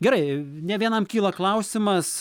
gerai ne vienam kyla klausimas